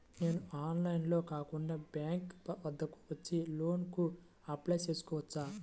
నేను ఆన్లైన్లో కాకుండా బ్యాంక్ వద్దకు వచ్చి లోన్ కు అప్లై చేసుకోవచ్చా?